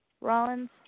Rollins